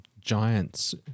Giant's